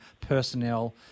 personnel